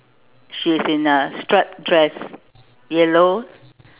she is in a striped dress yellow